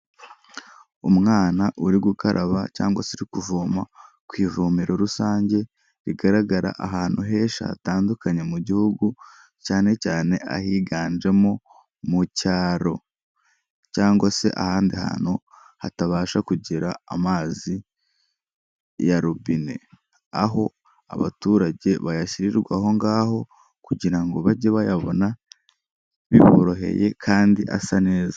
Umwana uri gukaraba cyangwa se uri kuvoma ku ivomero rusange, rigaragara ahantu henshi hatandukanye mu gihugu, cyane cyane ahiganjemo mu cyaro cyangwa se ahandi hantu hatabasha kugera amazi ya robine, aho abaturage bayashyirirwa aho ngaho kugira ngo bajye bayabona biboroheye kandi asa neza.